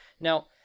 Now